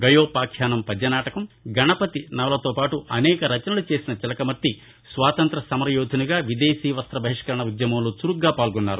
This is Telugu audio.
గయోపాఖ్యానం పద్యనాటకం గణపతి నవలలతోపాటు అనేక రచనలు చేసిన చిలకమర్తి స్వాతంత్ర్య సమరయోధునిగా విదేశీ వస్త్రబహిష్కరణ ఉద్యమంలో చురుగ్గా పాల్గొన్నారు